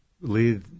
lead